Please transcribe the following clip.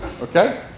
okay